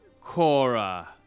Cora